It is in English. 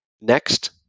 Next